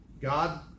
God